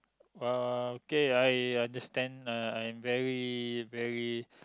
uh okay I I understand I am very very